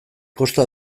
kosta